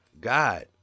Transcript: God